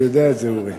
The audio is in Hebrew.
הוא יודע את זה, אורי.